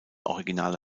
originale